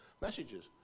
messages